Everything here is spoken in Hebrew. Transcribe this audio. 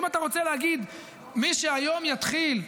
אם אתה רוצה להגיד: מי שהיום יתחיל,